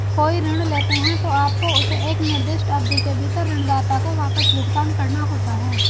कोई ऋण लेते हैं, तो आपको उसे एक निर्दिष्ट अवधि के भीतर ऋणदाता को वापस भुगतान करना होता है